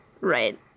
Right